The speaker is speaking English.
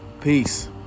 Peace